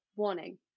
Warning